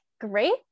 great